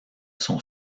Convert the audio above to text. sont